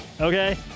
Okay